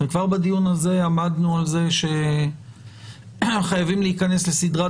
וכבר בדיון הזה עמדנו על זה שחייבים להיכנס לסדרת